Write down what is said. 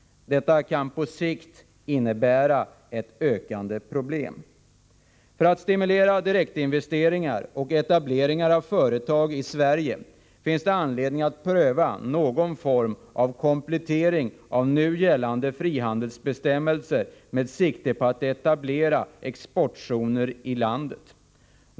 Detta kan på sikt innebära ett ökande problem. För att stimulera direktinvesteringar och etableringar av företag i Sverige finns det anledning att pröva någon form av komplettering av nu gällande frihandelsbestämmelser med sikte på att etablera exportzoner i landet.